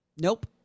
Nope